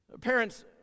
Parents